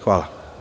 Hvala.